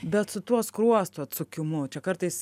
bet su tuo skruosto atsukimu čia kartais